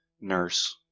nurse